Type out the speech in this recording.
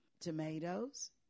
tomatoes